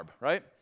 right